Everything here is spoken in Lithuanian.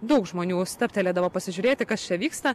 daug žmonių stabtelėdavo pasižiūrėti kas čia vyksta